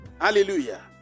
Hallelujah